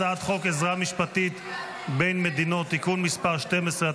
הצעת חוק עזרה משפטית בין מדינות (תיקון מס' 12),